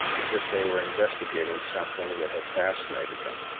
as if they were investigating something that had fascinated them.